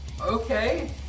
Okay